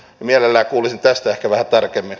mielelläni kuulisin tästä ehkä vähän tarkemmin